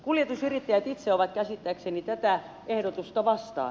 kuljetusyrittäjät itse ovat käsittääkseni tätä ehdotusta vastaan